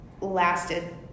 lasted